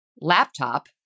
laptop